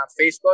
Facebook